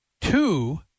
two